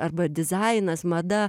arba dizainas mada